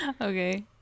Okay